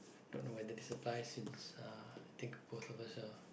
don't know whether this applies since uh I think of both of us are